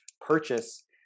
purchase